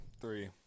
Three